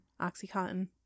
Oxycontin